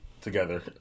together